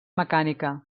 mecànica